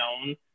own